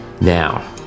Now